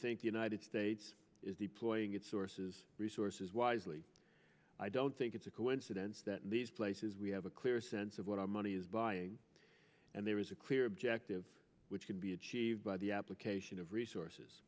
think the united states is deploying its sources resources wisely i don't think it's a coincidence that these places we have a clear sense of what our money is buying and there is a clear objective which could be achieved by the application of resources